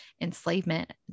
enslavement